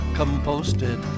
composted